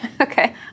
Okay